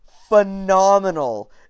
phenomenal